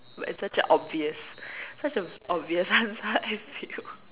it's such a obvious such a obvious answer I feel